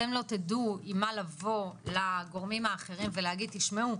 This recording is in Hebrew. אתם לא תדעו עם מה לבוא לגורמים האחרים ולהגיד - תשמעו,